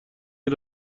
این